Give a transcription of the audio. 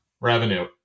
revenue